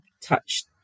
touched